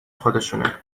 خودشونه